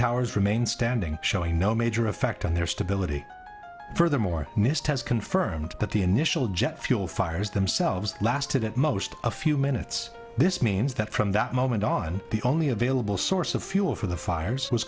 towers remained standing showing no major effect on their stability furthermore nist has confirmed that the initial jet fuel fires themselves lasted at most a few minutes this means that from that moment on the only available source of fuel for the fires was